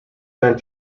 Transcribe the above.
sent